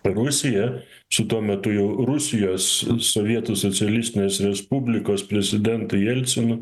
rusija su tuo metu jau rusijos sovietų socialistinės respublikos prezidentu jelcinu